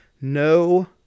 no